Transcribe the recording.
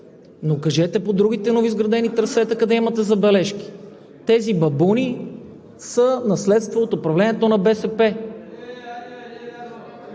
Но кажете по другите новоизградени трасета къде имате забележки? Тези бабуни са наследство от управлението на БСП.